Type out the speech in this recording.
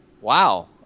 Wow